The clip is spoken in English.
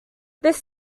this